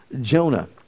Jonah